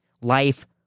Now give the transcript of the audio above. Life